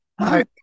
Hi